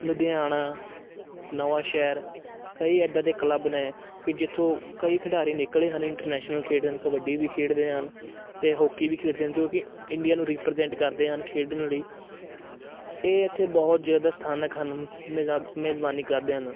Ludhiana Nawanshahr ਕਈ ਇੱਦਾਂ ਦੇ ਕਲੱਬ ਨੇ ਕਿ ਜਿੱਥੋਂ ਕਈ ਖਿਡਾਰੀ ਨਿਕਲੇ ਹਨ ਇੰਟਰਨੈਸ਼ਨਲ ਖੇਡਣ ਕਬੱਡੀ ਵੀ ਖੇਡਦੇ ਹਨ ਅਤੇ ਹੋਕੀ ਵੀ ਖੇਡਦੇ ਨੇ ਜੋ ਕਿ ਇੰਡੀਆ ਨੂੰ ਰੀਪ੍ਰਜੈਂਟ ਕਰਦੇ ਹਨ ਖੇਡਣ ਲਈ ਇਹ ਇੱਥੇ ਬਹੁਤ ਜ਼ਿਆਦਾ ਸਥਾਨਕ ਹਨ ਮੇਜ਼ਾ ਮੇਜ਼ਬਾਨੀ ਕਰਦੇ ਹਨ